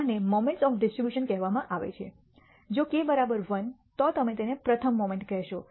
આને moments of distribution કહેવામાં આવે છે જો k 1 તો તમે તેને પ્રથમ મોમેન્ટ કહેશો